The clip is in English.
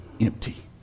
empty